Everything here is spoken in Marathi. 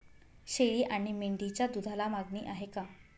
शेळी आणि मेंढीच्या दूधाला मागणी आहे का?